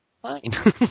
Fine